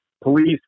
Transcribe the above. police